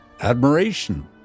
admiration